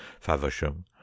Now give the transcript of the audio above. Faversham